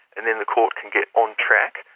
and then the court can get on track,